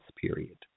period